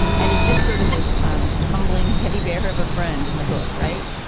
and he's just sort of this um tumbling teddybear of a friend in the book. right.